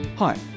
Hi